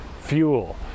fuel